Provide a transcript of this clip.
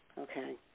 okay